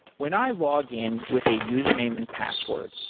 when i login with a username and password,